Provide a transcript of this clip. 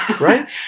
Right